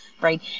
right